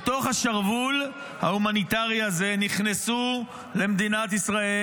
בתוך השרוול ההומניטרי הזה נכנסו למדינת ישראל,